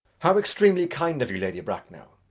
how extremely kind of you, lady bracknell!